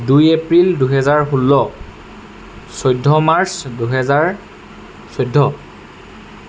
দুই এপ্ৰিল দুহেজাৰ ষোল্ল চৈধ্য মাৰ্চ দুহেজাৰ চৈধ্য